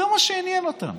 זה מה שעניין אותם.